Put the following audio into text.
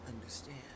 understand